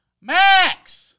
Max